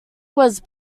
was